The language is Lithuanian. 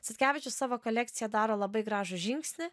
statkevičius savo kolekciją daro labai gražų žingsnį